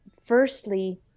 firstly